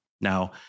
Now